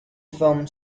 film